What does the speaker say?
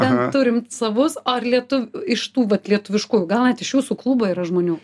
ten turim savus o ar lietu iš tų vat lietuviškųjų gal net iš jūsų klubo yra žmonių